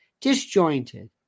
disjointed